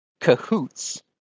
cahoots